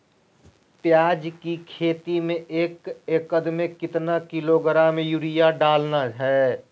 प्याज की खेती में एक एकद में कितना किलोग्राम यूरिया डालना है?